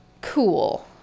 Cool